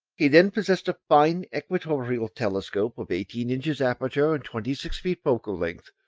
he then possessed a fine equatorial telescope of eighteen inches aperture and twenty six feet focal length,